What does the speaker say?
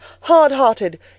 hard-hearted